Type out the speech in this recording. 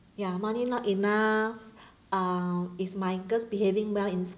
ya money not enough uh is my girls behaving well in